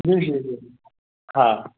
उहेई उहेई हा